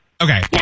okay